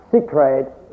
secret